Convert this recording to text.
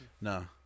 No